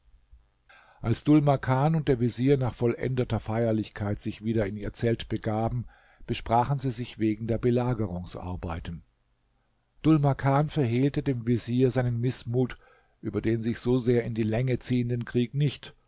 als dhul makan und der vezier nach vollendeter feierlichkeit sich wieder in ihr zelt begaben besprachen sie sich wegen der belagerungsarbeiten dhul makan verhehlte dem vezier seinen mißmut über den sich so sehr in die länge ziehenden krieg nicht